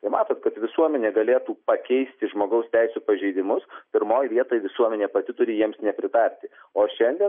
tai matot kad visuomenė galėtų pakeisti žmogaus teisių pažeidimus pirmoj vietoj visuomenė pati turi jiems nepritarti o šiandien